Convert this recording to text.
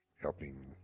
helping